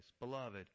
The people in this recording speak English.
Beloved